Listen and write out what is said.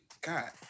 God